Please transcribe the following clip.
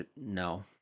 No